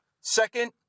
second